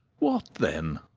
what then?